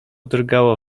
drgało